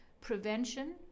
prevention